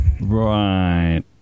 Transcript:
Right